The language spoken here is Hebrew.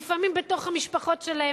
לפעמים בתוך המשפחות שלהם.